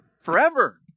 Forever